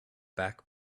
back